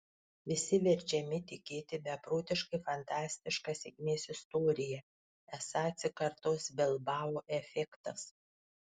visi verčiami tikėti beprotiškai fantastiška sėkmės istorija esą atsikartos bilbao efektas